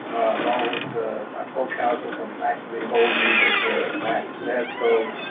along with the coke houses. i'm actually holding the last nesco.